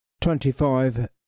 twenty-five